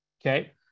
Okay